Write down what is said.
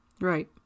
Right